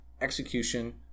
execution